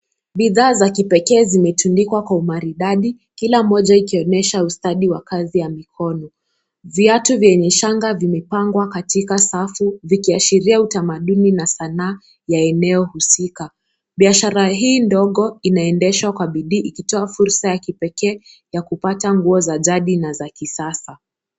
Bidhaa za kipekee zimetundikwa kwa umaridadi kila moja ikionesha ustadi wa kazi ya mikono. Viatu vyenye shanga vimepangwa katika safu vikiashiria utamaduni na sanaa ya eneo husika. Biashara hii ndogo inaendeshwa kwa bidii ikitoa fursa ya kipekee ya kupata nguo za jadi na za kisasa.